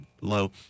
low